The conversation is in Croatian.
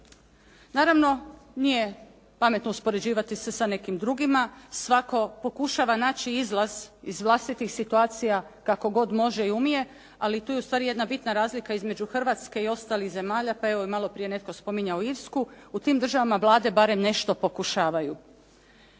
Naravno nije pametno uspoređivati se sa nekim drugima, svatko pokušava naći izlaz iz vlastitih situacija kako god može i umije, ali tu je ustvari jedna bitna razlika između Hrvatske i ostalih zemalja, pa evo i malo prije je netko spominjao Irsku, u tim državama vlade bar nešto pokušavaju.